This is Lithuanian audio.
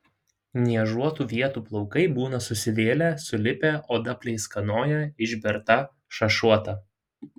niežuotų vietų plaukai būna susivėlę sulipę oda pleiskanoja išberta šašuota